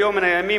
ביום מן הימים,